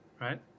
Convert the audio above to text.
Right